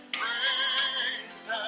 praise